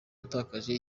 yatakaje